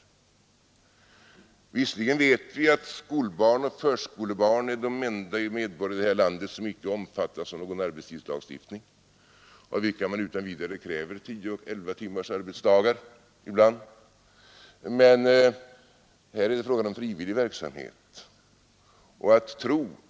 Visserligen vet vi att skolbarn och förskolebarn är de enda medborgare i det här landet som icke omfattas av någon arbetstidslagstiftning, de enda av vilka det utan vidare krävs tio och elva timmars arbetsdagar ibland, men här är det fråga om frivillig verksamhet.